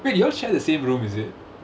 wait you all share the same room is it